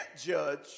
judge